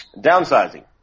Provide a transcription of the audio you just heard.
downsizing